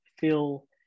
feel